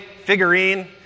figurine